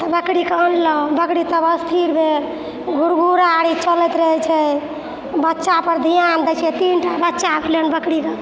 तब बकरी कऽ अनलहुँ बकरी तब स्थिर भेल घुरघुरा आओर ई चलैत रहै छै बच्चापर ध्यान दै छियै तीनटा बच्चा भेलै हेँ बकरीकेँ